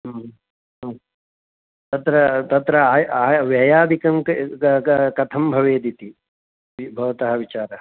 ह्म् ह्म् तत्र तत्र आयः आयव्ययादिकं क् द कथं भवेदिति दि भवतः विचारः